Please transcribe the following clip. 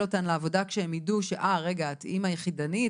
אותן לעבודה כשהם ידעו שאת אמא יחידנית,